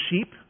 sheep